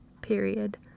Period